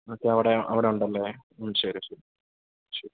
മറ്റേ അവിടെ അവിടെയുണ്ടല്ലോ ശരി ശരി ശരി